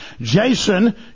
Jason